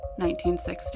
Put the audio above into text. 1960